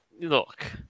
look